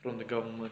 from the government